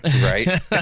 Right